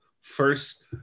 First